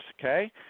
Okay